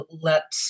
let